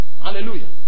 Hallelujah